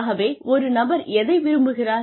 ஆகவே ஒரு நபர் எதை விரும்புகிறார்